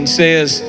says